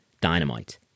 Dynamite